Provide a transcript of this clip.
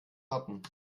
warten